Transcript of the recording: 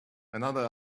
another